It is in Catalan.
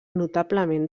notablement